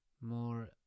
more